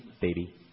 baby